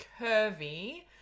curvy